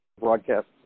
broadcast